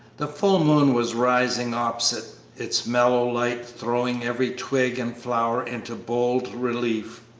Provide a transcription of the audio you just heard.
the full moon was rising opposite, its mellow light throwing every twig and flower into bold relief.